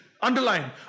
Underline